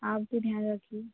आप भी ध्यान रखिए